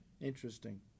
Interesting